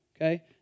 Okay